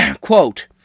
Quote